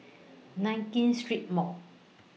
Nankin Street Mall